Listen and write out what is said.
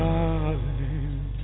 Darling